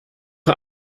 een